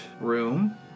room